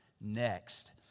next